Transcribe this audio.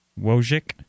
Wojcik